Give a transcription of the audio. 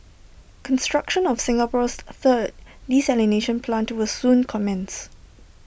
construction of Singapore's third desalination plant will soon commence